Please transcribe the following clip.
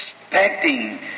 expecting